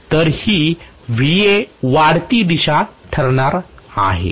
तर ही वाढती दिशा ठरणार आहे